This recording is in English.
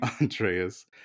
Andreas